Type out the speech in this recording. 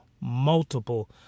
multiple